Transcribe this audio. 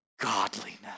godliness